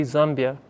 Zambia